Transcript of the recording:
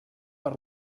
per